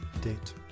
date